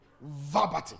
Verbatim